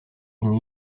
une